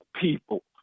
people